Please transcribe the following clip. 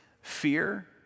Fear